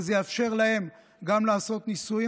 וזה יאפשר להן גם לעשות ניסויים.